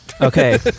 Okay